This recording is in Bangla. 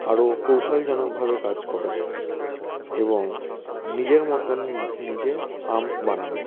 আরো কৌশলজনকভাবে কাজ করা এবং নিজের মতন নিজে আর্মস বানানো